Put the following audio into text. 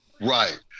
right